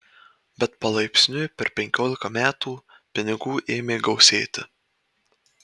bet palaipsniui per penkiolika metų pinigų ėmė gausėti